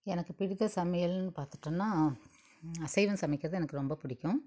எனக்கு பிடித்த சமையல்னு பாத்துகிட்டோன்னா அசைவம் சமைக்கிறது எனக்கு ரொம்ப பிடிக்கும்